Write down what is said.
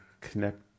connect